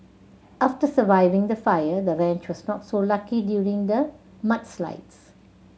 after surviving the fire the ranch was not so lucky during the mudslides